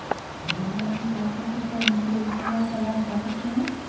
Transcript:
बिना बैंक खाते के क्या यू.पी.आई सेवाओं का लाभ उठा सकते हैं?